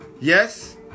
Yes